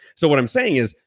so what i'm saying is,